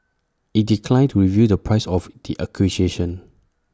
IT declined to reveal the price of the acquisition